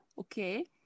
Okay